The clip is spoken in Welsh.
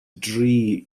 dri